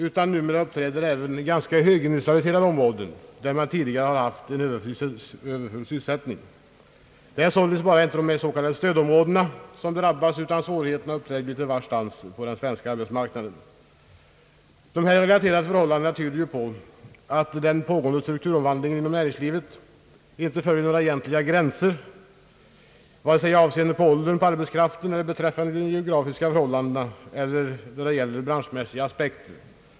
Dessa svårigheter uppträder även i högindustrialiserade områden, där man tidigare haft överfull sysselsättning. Det är således inte bara de s.k. stödområdena som drabbas, utan svårigheterna uppträder nu litet varstans på den svenska arbetsmarknaden. De relaterade förhållandena tyder på att den pågående strukturomvandlingen inom näringslivet inte följer några egentliga gränser, vare sig med avseende på ålder, på arbetskraften eller beträffande de geografiska förhållandena eller ur branschmässiga aspekter.